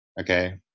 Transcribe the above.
okay